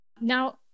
Now